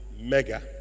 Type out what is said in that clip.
mega